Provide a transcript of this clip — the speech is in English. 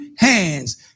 hands